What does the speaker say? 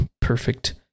perfect